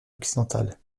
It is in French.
occidentale